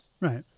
Right